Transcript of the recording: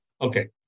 okay